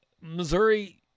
Missouri –